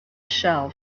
shell